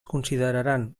consideraran